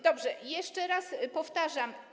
Dobrze, jeszcze raz powtarzam.